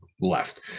left